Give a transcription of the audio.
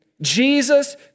Jesus